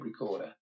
recorder